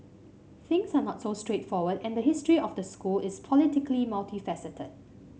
things are not so straightforward and the history of the school is politically multifaceted